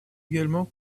également